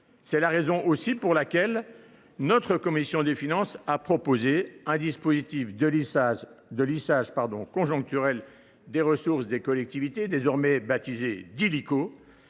la raison pour laquelle notre commission des finances a proposé un dispositif de lissage conjoncturel des ressources des collectivités, désormais baptisé Dilico,